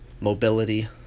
mobility